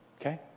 okay